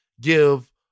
give